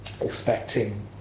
expecting